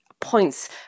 points